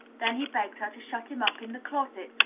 then he begged her to shut him up in the closet,